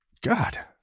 God